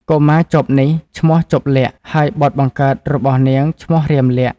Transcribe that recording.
កុមារជបនេះ ឈ្មោះ«ជប្បលក្សណ៍» ហើយបុត្របង្កើតរបស់នាងឈ្មោះ «រាមលក្សណ៍»។